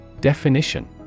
Definition